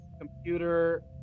Computer